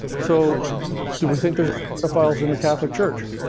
so do we think there's pedophiles in the catholic church?